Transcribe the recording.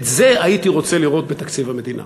את זה הייתי רוצה לראות בתקציב המדינה.